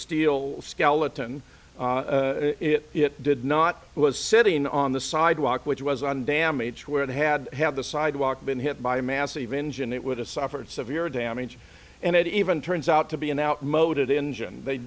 steel skeleton it it did not was sitting on the sidewalk which was on damage where it had have the sidewalk been hit by a massive engine it would have suffered severe damage and it even turns out to be an outmoded engine they